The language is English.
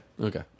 Okay